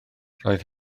roedd